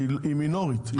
היא מינורית.